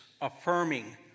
affirming